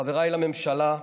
חבריי לממשלה,